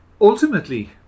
ultimately